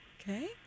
Okay